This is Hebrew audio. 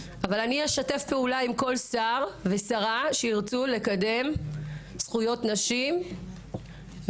אבל אני אשתף פעולה עם כל שר ושרה שירצו לקדם זכויות נשים ומגדר.